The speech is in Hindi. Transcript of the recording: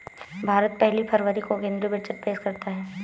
भारत पहली फरवरी को केंद्रीय बजट पेश करता है